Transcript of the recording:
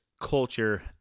culture